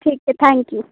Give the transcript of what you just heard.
ठीक छै thank U